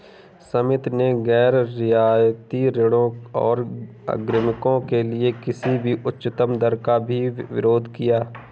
समिति ने गैर रियायती ऋणों और अग्रिमों के लिए किसी भी उच्चतम दर का भी विरोध किया